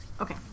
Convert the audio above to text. Okay